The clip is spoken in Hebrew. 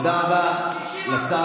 תודה רבה לשר המקשר